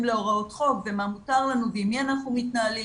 להוראות חוק ומה מותר לנו ועם מי אנחנו מתנהלים,